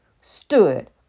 stood